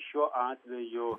šiuo atveju